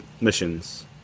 missions